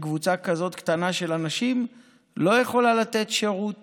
שקבוצה כזאת קטנה של אנשים לא יכולה לתת שירות